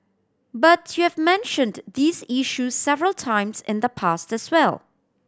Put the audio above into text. but you have mentioned these issue several times in the past as well